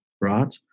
right